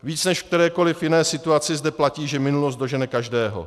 Víc než v kterékoliv jiné situaci zde platí, že minulost dožene každého.